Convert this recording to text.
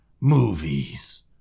movies